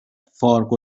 فارغ